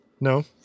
No